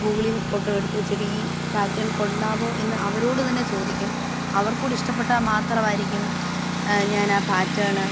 ഗൂഗിളിൽ നിന്ന് ഫോട്ടോ എടുത്തുവെച്ചിട്ട് ഈ പാറ്റേൺ കൊള്ളാമോ എന്ന് അവരോട് തന്നെ ചോദിക്കും അവർക്കുകൂടെ ഇഷ്ടപ്പെട്ടാൽ മാത്രമായിരിക്കും ഞാൻ ആ പാറ്റേണ്